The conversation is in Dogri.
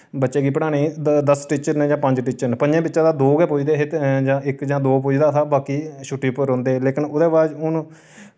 बच्चे गी पढ़ाने द दस टीचर न जां पंज टीचर न प'ञें बिच्चा ते दो गै पुजदे हे जां इक जां दो पुजदा हा बाकी छुट्टी पर रौंह्दे हे लेकिन ओह्दे बाद च हून